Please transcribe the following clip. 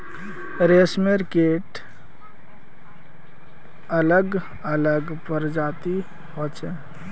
रेशमेर कीट अलग अलग प्रजातिर होचे